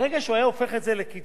היו חלים כללים אחרים.